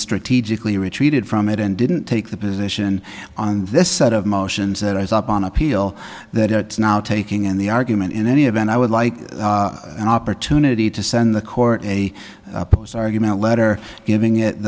strategically retreated from it and didn't take the position on this set of motions that i was up on appeal that taking in the argument in any event i would like an opportunity to send the court a post argument letter giving it